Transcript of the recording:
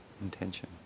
intention